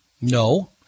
No